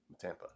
Tampa